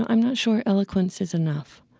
i'm not sure eloquence is enough.